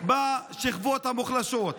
בשכבות המוחלשות.